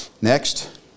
Next